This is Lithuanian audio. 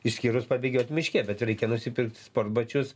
išskyrus pabėgioti miške bet reikia nusipirkt sportbačius